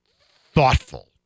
thoughtful